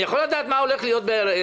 אני יכול לדעת מה הולך להיות ב-2020?